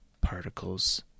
particles